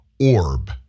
orb